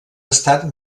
estat